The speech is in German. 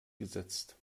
gesetzt